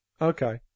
Okay